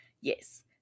Yes